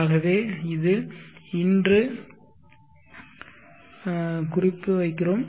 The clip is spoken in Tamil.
ஆகவே இது இன்று என்று குறிப்பு வைக்கிறோம்